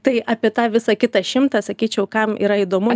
tai apie tą visą kitą šimtą sakyčiau kam yra įdomu